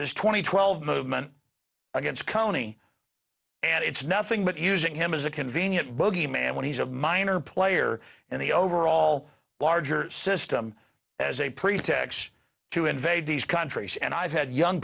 and twelve movement against county and it's nothing but using him as a convenient bogeyman when he's a minor player in the overall larger system as a pretext to invade these countries and i've had young